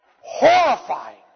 horrifying